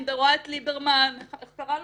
אני גם רואה את ליברמן, איך קרא לו?